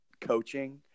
coaching